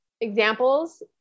examples